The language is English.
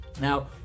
Now